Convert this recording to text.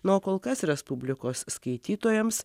na o kol kas respublikos skaitytojams